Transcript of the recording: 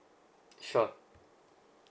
sure